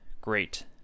great